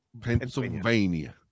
Pennsylvania